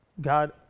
God